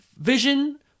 vision